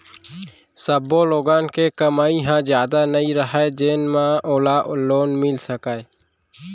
सब्बो लोगन के कमई ह जादा नइ रहय जेन म ओला लोन मिल सकय